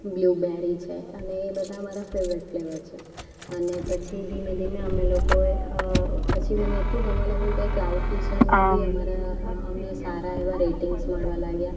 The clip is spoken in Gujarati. બ્લૂબેરી છે અને એ બધા મારા ફેવરેટ ફ્લેવર છે અને પછી ધીમે ધીમે અમે લોકોએ પછી મને એટલું થવા લાગ્યું કે ક્લાઉડ કિચનમાં બી અમારા અમને સારા એવા રેટિંગ્સ મળવા લાગ્યા